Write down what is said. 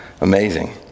amazing